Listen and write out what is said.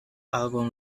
album